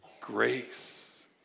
grace